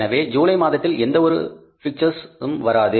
எனவே ஜூலை மாதத்தில் எந்த ஒரு பிக்டர்ஸ்ஷும் வராது